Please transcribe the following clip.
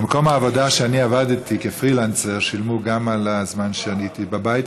במקום העבודה שאני עבדתי כפרילנסר שילמו גם על הזמן שאני הייתי בבית,